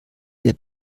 der